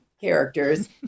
characters